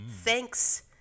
Thanks